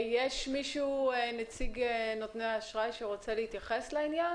יש נציג של נותני האשראי שרוצה להתייחס לעניין?